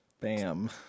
Bam